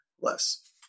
less